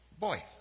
boy